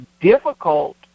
difficult